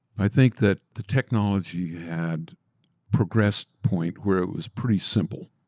i think that the technology had progressed point where it was pretty simple.